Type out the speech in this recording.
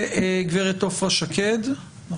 וגב' עפרה שקד.